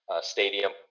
stadium